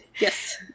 Yes